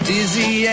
Dizzy